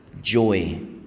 joy